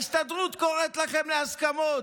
ההסתדרות קוראת לכם להסכמות,